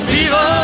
Viva